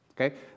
Okay